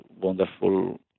wonderful